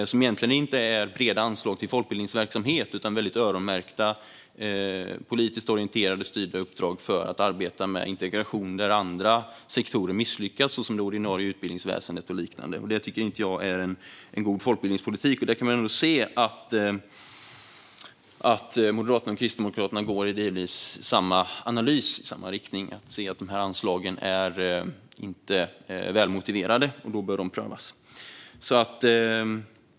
Det är egentligen inte breda anslag till folkbildningsverksamhet utan öronmärkta, politiskt orienterade och styrda uppdrag för att arbeta med integration där andra sektorer misslyckats, såsom det ordinarie utbildningsväsendet och liknande. Det är inte god folkbildningspolitik. Moderaterna och Kristdemokraterna gör delvis samma analys och går i samma riktning som vi. De ser att anslagen inte är väl motiverade och bör prövas.